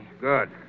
Good